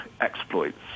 exploits